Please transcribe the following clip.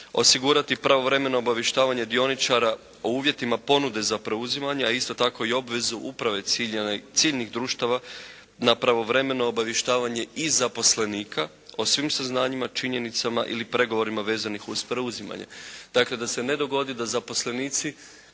Osigurati pravovremeno obavještavanje dioničara o uvjetima ponude za preuzimanje, a isto tako i obvezu uprave ciljnih društava na pravovremeno obavještavanje i zaposlenika o svim saznanjima, činjenicama ili pregovorima vezanim uz preuzimanje. Dakle, da se ne dogodi da zaposlenici